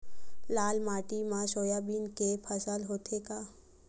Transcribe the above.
लाल माटी मा सोयाबीन के फसल होथे का?